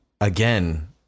again